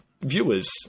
viewers